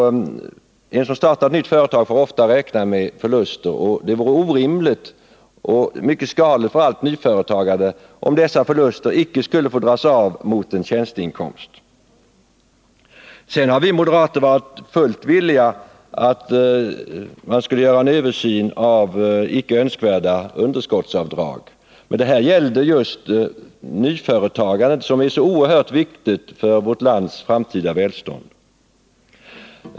Den som startar ett nytt företag får ofta räkna med förluster, och det vore orimligt och mycket skadligt för allt nyföretagande om dessa förluster icke skulle få dras av mot en tjänsteinkomst. Sedan har vi moderater varit fullt villiga att ansluta oss till förslaget att man skulle göra en översyn av icke önskvärda underskottsavdrag. Men det här gällde just nyföretagandet, som är så oerhört viktigt för vårt lands framtida välstånd.